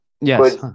Yes